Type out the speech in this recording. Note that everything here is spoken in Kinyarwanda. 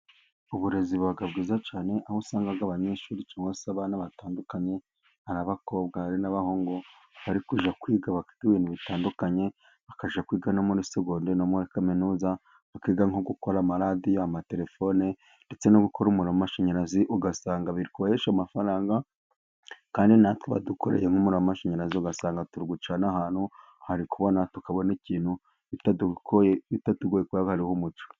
Uburezi buba bwiza cyane ,aho usangaga abanyeshuri bose abana batandukanye ,ari abakobwa ,hari n'abahungu bari kuza kwiga bafite ibintu bitandukanye, bakajya kwiga no muri segonderi, no muri kaminuza, bakiga nko gukora amaradiyo ,amatelefone ,ndetse no gukora umuriro w'amashanyarazi ugasanga biri kubahesha amafaranga kandi natwe badukoreye nk'umuriro w'amashanyarazi ,ugasanga turi gucana ahantu hari kubona, tukabona ibintu bitadukoye kuba hariho umuco.